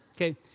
Okay